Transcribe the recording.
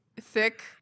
thick